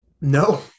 No